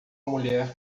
mulher